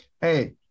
Hey